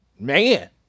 man